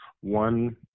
one